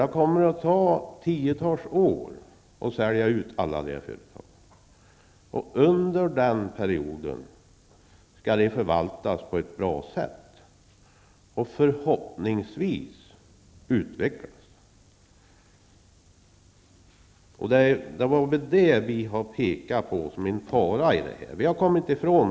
Det kommer att ta tiotals år att sälja ut alla här aktuella företag, och under den perioden måste de förvaltas på ett bra sätt och, hoppas jag, utvecklas. Men det har vi kommit ifrån. Det är den faran som vi har pekat på.